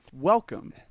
Welcome